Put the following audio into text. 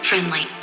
Friendly